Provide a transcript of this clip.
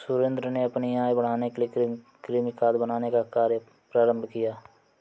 सुरेंद्र ने अपनी आय बढ़ाने के लिए कृमि खाद बनाने का कार्य प्रारंभ किया